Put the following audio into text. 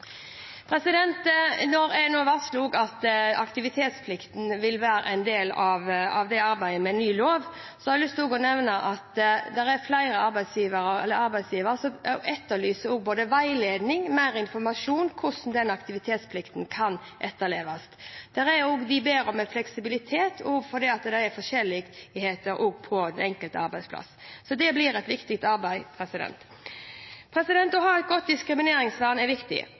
Når jeg nå varsler at aktivitetsplikten vil være en del av arbeidet med ny lov, har jeg lyst til også å nevne at det er flere arbeidsgivere som etterlyser både veiledning og mer informasjon om hvordan denne aktivitetsplikten kan etterleves. De ber om fleksibilitet også fordi det er forskjeller på den enkelte arbeidsplass. Det blir et viktig arbeid. Å ha et godt diskrimineringsvern er viktig,